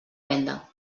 venda